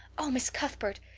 oh, miss cuthbert,